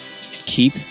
Keep